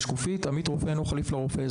עמית רופא אינו תחליף לרופא.